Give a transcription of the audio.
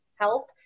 help